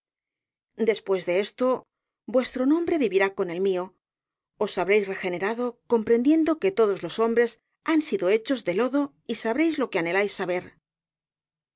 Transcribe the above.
castro de esto vuestro nombre vivirá con el mío os habréis regenerado comprendiendo que todos los hombres han sido hechos de lodo y sabréis lo que anheláis saber